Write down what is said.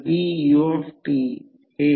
आता पुढे no load phasor आकृती